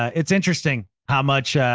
it's interesting how much,